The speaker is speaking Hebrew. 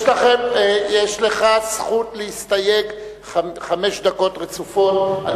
יש לך זכות להסתייג חמש דקות רצופות.